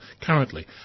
currently